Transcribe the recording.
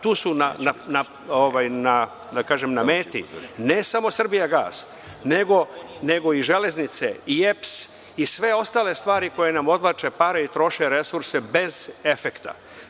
Tu su na meti ne samo „Srbijagas“, nego i „Železnice“, i EPS i sve ostale stvari koje nam odvlače pare i troše resurse bez efekta.